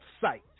sight